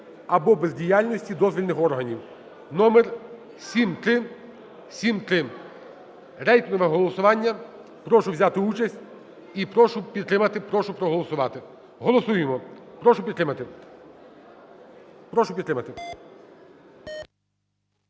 або бездіяльності дозвільних органів (№ 7373). Рейтингове голосування. Прошу взяти участь і прошу підтримати. Прошу проголосувати. Голосуємо. Прошу підтримати, прошу підтримати.